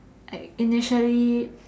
I initially